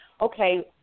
okay